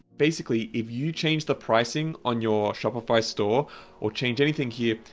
basically, if you change the pricing on your shopify store or change anything here,